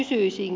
kysyisinkin